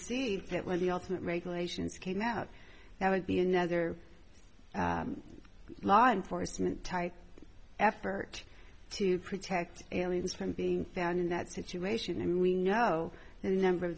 that was the ultimate regulations came out that would be another law enforcement type effort to protect us from being found in that situation i mean we know a number